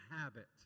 habit